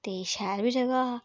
ते शैल बी जगहा